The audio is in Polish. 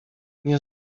nie